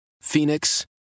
Phoenix